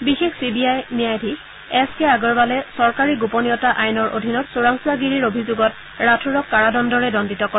বিশেষ C B I ন্যায়াধীশ S K আগৰৱালে চৰকাৰী গোপনীয়তা আইনৰ অধীনত চোৰাংচোৱাগিৰিৰ অভিযোগত ৰাথোৰক কাৰাদণ্ডৰে দণ্ডিত কৰে